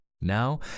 now